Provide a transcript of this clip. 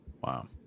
wow